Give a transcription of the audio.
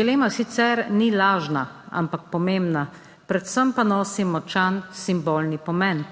Dilema sicer ni lažna, ampak pomembna, predvsem pa nosi močan simbolni pomen.